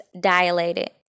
dilated